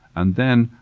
and then,